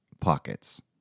pockets